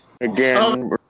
Again